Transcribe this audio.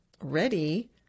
ready